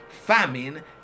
Famine